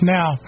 Now